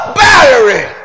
battery